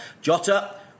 Jota